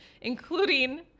including